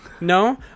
No